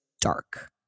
dark